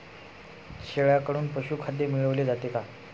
शेळ्यांकडून पशुखाद्य मिळवले जाते का?